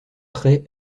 très